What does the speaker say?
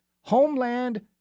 Homeland